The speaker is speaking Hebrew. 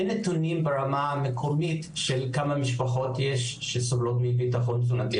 אין נתונים ברמה המקומית של כמה משפחות יש שסובלות מביטחון תזונתי,